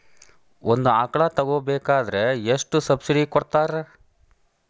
ಒಂದು ಆಕಳ ತಗೋಬೇಕಾದ್ರೆ ಎಷ್ಟು ಸಬ್ಸಿಡಿ ಕೊಡ್ತಾರ್?